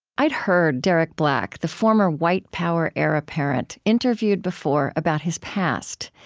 i'd heard derek black, the former white power heir apparent, interviewed before about his past.